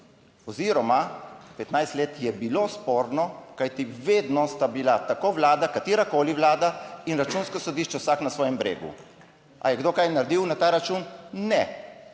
oziroma 15 let je bilo sporno, kajti vedno sta bila tako Vlada, katerakoli Vlada in Računsko sodišče vsak na svojem bregu. Ali je kdo kaj naredil na ta račun? Ne.